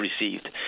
received